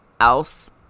else